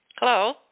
Hello